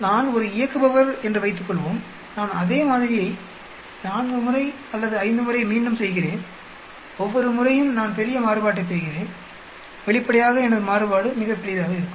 நான் ஒரு இயக்குபவர் என்று வைத்துக்கொள்வோம்நான் அதே மாதிரியை 4 முறை அல்லது 5 முறை மீண்டும் செய்கிறேன் ஒவ்வொரு முறையும் நான் பெரிய மாறுபாட்டைப் பெறுகிறேன் வெளிப்படையாகஎனது மாறுபாடு மிகப் பெரியதாக இருக்கும்